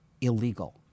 illegal